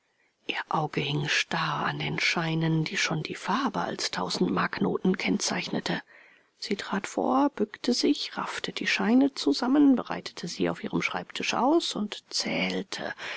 ihr auge hing starr an den scheinen die schon die farbe als tausendmarknoten kennzeichnete sie trat vor bückte sich raffte die scheine zusammen breitete sie auf ihrem schreibtisch aus und zählte